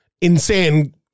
insane